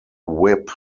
whip